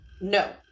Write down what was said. no